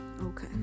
okay